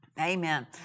Amen